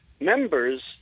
members